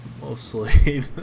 mostly